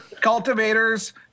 cultivators